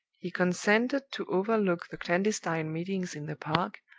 he consented to overlook the clandestine meetings in the park,